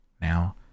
Now